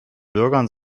bürgern